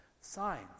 signs